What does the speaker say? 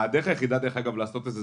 הדרך היחידה לעשות את זה,